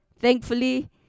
Thankfully